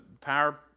power